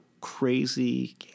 crazy